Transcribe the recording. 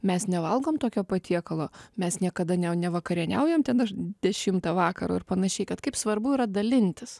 mes nevalgom tokio patiekalo mes niekada ne nevakarieniaujam ten daš dešimtą vakaro ir panašiai kad kaip svarbu yra dalintis